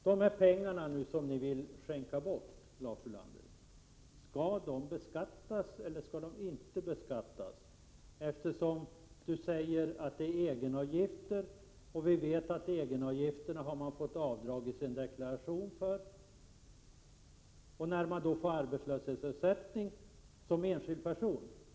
De pengar som ni vill skänka bort, Lars Ulander, skall de beskattas eller inte? Han säger ju att det är fråga om egenavgifter, och vi vet att man kan göra avdrag för egenavgifter i deklarationen. Om man som enskild person få arbetslöshetsersättning beskattas denna ersättning.